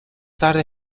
tarde